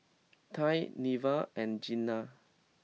Tye Neva and Jena